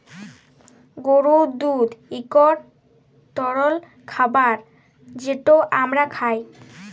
গরুর দুহুদ ইকট তরল খাবার যেট আমরা খাই